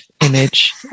image